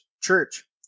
church